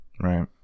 right